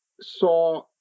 saw